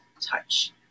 touch